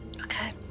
okay